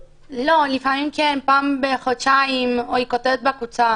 לפעמים כן, פעם בחודשיים, או היא כותבת בקבוצה.